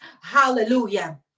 hallelujah